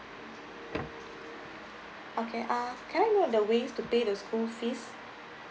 okay uh can I know the ways to pay the school fees